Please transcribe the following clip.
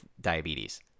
diabetes